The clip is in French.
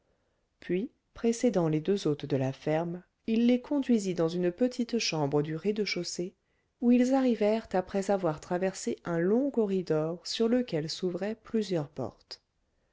puis précédant les deux hôtes de la ferme il les conduisit dans une petite chambre du rez-de-chaussée où ils arrivèrent après avoir traversé un long corridor sur lequel s'ouvraient plusieurs portes